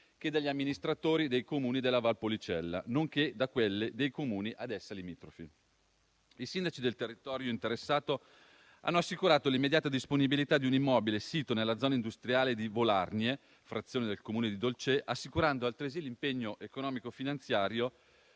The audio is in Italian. che dagli amministratori dei Comuni della Valpolicella, nonché da quelli dei Comuni ad essi limitrofi. I sindaci del territorio interessato hanno assicurato l'immediata disponibilità di un immobile sito nella zona industriale di Volargne, frazione del Comune di Dolcè, assicurando altresì l'impegno economico finanziario